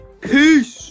Peace